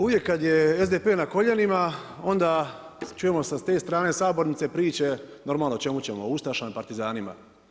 Uvijek kad je SDP na koljenima onda čujemo sa te strane sabornice priče, normalno o čemu ćemo o ustašama i partizanima.